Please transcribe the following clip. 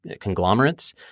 conglomerates